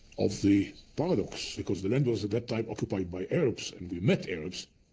of the paradox, because the land was, at that time, occupied by arabs, and we met arabs,